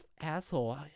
asshole